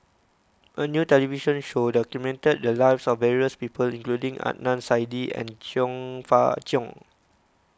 a new television show documented the lives of various people including Adnan Saidi and Chong Fah Cheong